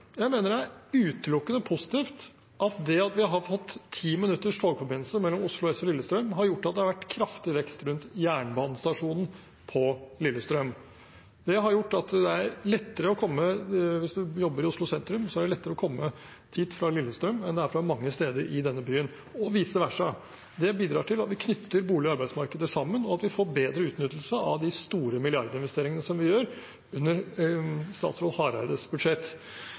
har gitt kraftig vekst rundt jernbanestasjonen på Lillestrøm. Det har gjort at hvis man jobber i Oslo sentrum, er det lettere å komme hit fra Lillestrøm enn det er fra mange steder i denne byen, og vice versa. Det bidrar til at vi knytter bolig- og arbeidsmarkeder sammen, og at vi får bedre utnyttelse av de store milliardinvesteringene som vi gjør på statsråd Hareides budsjett.